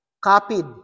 copied